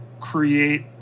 create